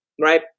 right